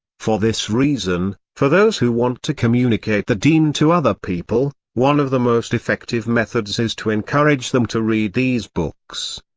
for this reason, for those who want to communicate the deen to other people, one of the most effective methods is to encourage them to read these books.